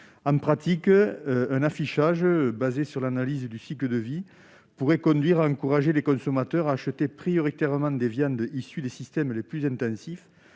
En pratique, un affichage s'appuyant sur l'analyse du cycle de vie pourrait conduire les consommateurs à acheter en priorité des viandes issues des systèmes les plus intensifs